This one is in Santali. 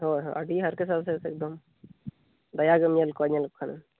ᱦᱳᱭ ᱦᱳᱭ ᱟᱹᱰᱤ ᱦᱟᱨᱠᱷᱮᱛ ᱥᱟᱥᱮᱛ ᱮᱠᱫᱚᱢ ᱫᱟᱭᱟᱜᱮᱢ ᱧᱮᱞ ᱠᱚᱣᱟ ᱧᱮᱞ ᱞᱮᱠᱚ ᱠᱷᱟᱱᱮᱢ